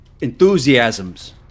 Enthusiasms